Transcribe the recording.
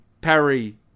Perry